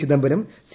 Chidambaram C